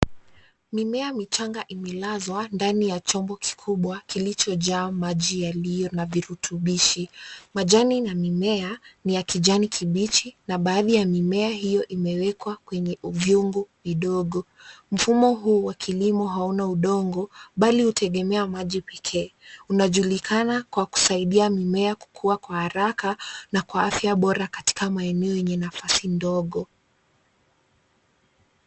Mimea michanga imelazwa ndani ya chombo kikubwa kilicho njaa maji yaliyo na virutubishi. Majani na mimea ni ya kijani kibichi na baadhi ya mimea hiyo imewekwa kwenye vyungu vidogo. Mfumo huu wa kilimo hauna udongo, mbali hutegemea maji pekee. Unajulikana kwa kusaidia mimea kukua kwa haraka na kwa afya bora katika maeneo yenye nafasi ndogo.